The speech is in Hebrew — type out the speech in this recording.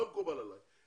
לא מקובל עלי.